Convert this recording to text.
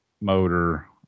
motor